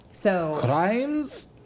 Crimes